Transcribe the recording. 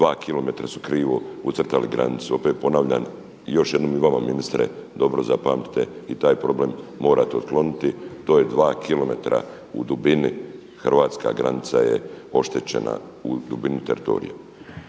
2 kilometra su krivo ucrtali granicu. Opet ponavljam, još jednom i vama, ministre, dobro zapamtite i taj problem morate otkloniti. To je 2 kilometra u dubini hrvatska granica je oštećena, u dubini teritorija.